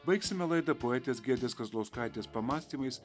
baigsime laidą poetės giedrės kazlauskaitės pamąstymais